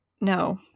No